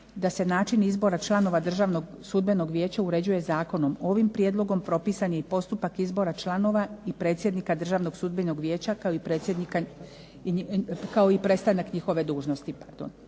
da se način izbora članova Državnog sudbenog vijeća uređuje zakonom. Ovim prijedlogom propisan je i postupak izbora članova i predsjednika Državnog sudbenog vijeća kao i prestanak njihove dužnosti. Izbore